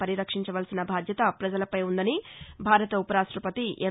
పరిరక్షించవలసిన బాధ్యత పజలపై ఉందని భారత ఉప రాష్టపతి ఎం